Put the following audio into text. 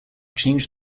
changed